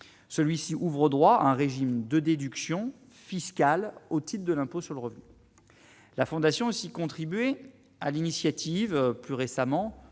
celui-ci ouvre droit à un régime de déductions fiscales au titre de l'impôt sur le revenu, la fondation aussi contribué à l'initiative, plus récemment